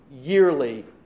yearly